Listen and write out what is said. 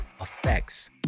effects